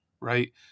right